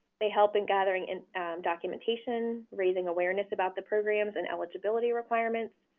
they help in gathering and documentation, raising awareness about the programs and eligibility requirements,